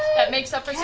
that makes up